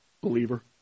believer